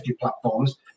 platforms